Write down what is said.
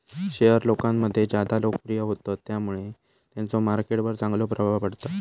share लोकांमध्ये ज्यादा लोकप्रिय होतत त्यामुळे त्यांचो मार्केट वर चांगलो प्रभाव पडता